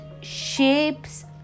shapes